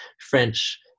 French